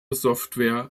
software